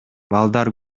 балдар